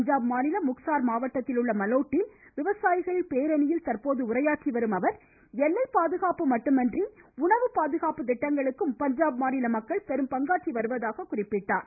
பஞ்சாப் மாநிலம் முக்சார் மாவட்டத்தில் உள்ள மலோட்டில் விவசாயிகளின் பேரணியில் தற்போது உரையாற்றும் அவர் எல்லைப் பாதுகாப்பு மட்டுமின்றி உணவு பாதுகாப்பு திட்டங்களுக்கும் பஞ்சாப் மாநில மக்கள் பெரும்பங்காற்றி வருவதாக குறிப்பிட்டார்